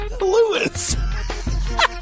Lewis